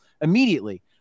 immediately